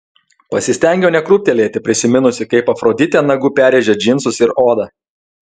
pasistengiau nekrūptelėti prisiminusi kaip afroditė nagu perrėžė džinsus ir odą